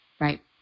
Right